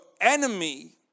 enemy